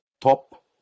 top